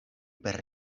per